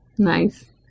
nice